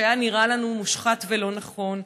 שנראה לנו מושחת ולא נכון.